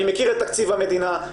אני מכיר את תקציב המדינה,